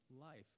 life